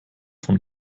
von